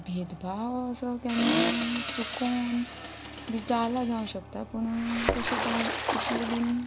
भेदभाव असो केन्ना चुकोवन बी जाला जावं शकता पूण तशें कांय इतले बी